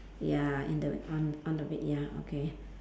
ya in the on on the bed ya okay